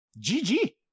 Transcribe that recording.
GG